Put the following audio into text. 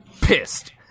pissed